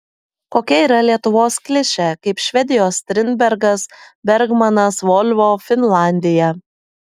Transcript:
kokia yra lietuvos klišė kaip švedijos strindbergas bergmanas volvo finlandija